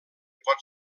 pot